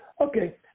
Okay